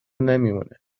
نمیمونه